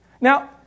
Now